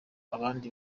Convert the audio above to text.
abandi